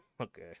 Okay